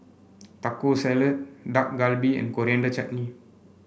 Taco Salad Dak Galbi and Coriander Chutney